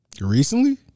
recently